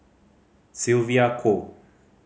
Sylvia Kho